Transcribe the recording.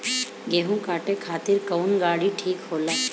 गेहूं काटे खातिर कौन गाड़ी ठीक होला?